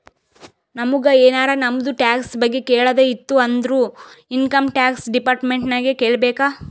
ನಮುಗ್ ಎನಾರೇ ನಮ್ದು ಟ್ಯಾಕ್ಸ್ ಬಗ್ಗೆ ಕೇಳದ್ ಇತ್ತು ಅಂದುರ್ ಇನ್ಕಮ್ ಟ್ಯಾಕ್ಸ್ ಡಿಪಾರ್ಟ್ಮೆಂಟ್ ನಾಗೆ ಕೇಳ್ಬೇಕ್